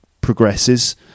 progresses